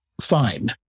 fine